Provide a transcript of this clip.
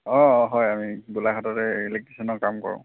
অঁ হয় আমি গোলাঘাটতে ইলেক্ট্ৰিচিয়ানৰ কাম কৰোঁ